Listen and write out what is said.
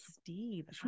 Steve